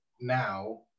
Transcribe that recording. now